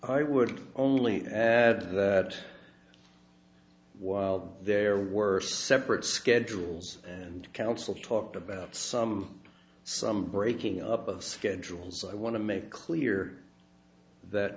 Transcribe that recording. i would only add that while there were separate schedules and counsel talked about some some breaking up of schedule so i want to make clear that